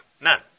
none